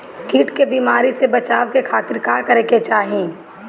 कीट के बीमारी से बचाव के खातिर का करे के चाही?